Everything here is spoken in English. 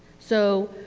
so,